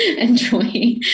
enjoy